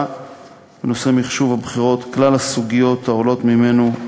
בנושא מחשוב הבחירות וכלל הסוגיות העולות ממנו,